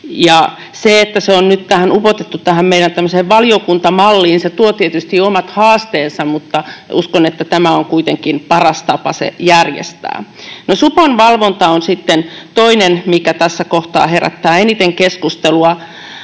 Se, että se on nyt upotettu tähän meidän tämmöiseen valiokuntamalliimme, tuo tietysti omat haasteensa, mutta uskon, että tämä on kuitenkin paras tapa se järjestää. No, supon valvonta on sitten toinen, mikä tässä kohtaa herättää eniten keskustelua.